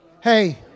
Hey